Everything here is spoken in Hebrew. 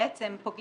העולם הזה קיים